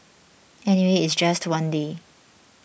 anyway it's just one day